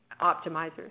optimizers